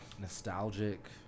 nostalgic